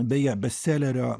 beje bestselerio